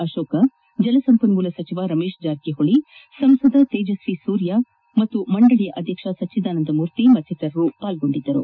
ಅಶೋಕ್ ಜಲಸಂಪನ್ಮೂಲ ಸಚಿವ ರಮೇಶ್ ಜಾರಕಿಹೊಳಿ ಸಂಸದ ತೇಜಸ್ವಿ ಸೂರ್ಯ ಮಂಡಳಿಯ ಅಧ್ಯಕ್ಷ ಸಚ್ಚಿದಾನಂದ ಮೂರ್ತಿ ಇತರರು ಇದ್ದರು